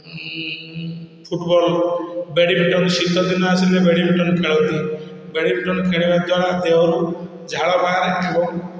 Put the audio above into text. ଉଁ football badminton ଶୀତଦିନ ଆସିଲେ ବେଡ଼ମିନ୍ଟନ୍ ଖେଳନ୍ତି ବେଡ଼ମିନ୍ଟନ୍ ଖେଳିବାଦ୍ୱାରା ଦେହରୁ ଝାଳ ବାହାରେ ଏବଂ